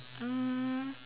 um